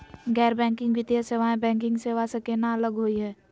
गैर बैंकिंग वित्तीय सेवाएं, बैंकिंग सेवा स केना अलग होई हे?